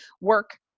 work